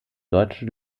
deutschen